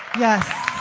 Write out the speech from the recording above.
yes,